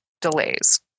delays